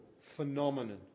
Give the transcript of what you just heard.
phenomenon